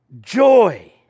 joy